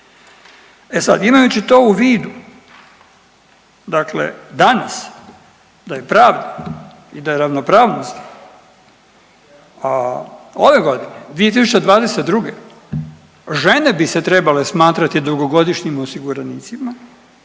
E sad, imajući to u vidu, dakle danas da je pravde i da je ravnopravnosti, a ove godine 2022. žene bi se trebale smatrati dugogodišnjim osiguranicima